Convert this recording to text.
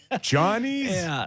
Johnny's